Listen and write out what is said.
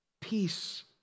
peace